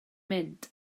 mynd